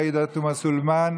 עאידה תומא סלימאן,